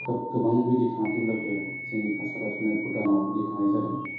खोब गोबां बिदि थाङाखैब्लाबो जोंनि खासाबा थानाय भुटानाव बिदि थांनाय जादों